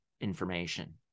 information